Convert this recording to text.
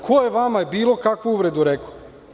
Ko je vam bilo kakvu uvredu rekao?